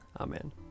Amen